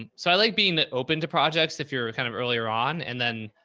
and so i like being open to projects if you're kind of earlier on and then.